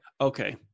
Okay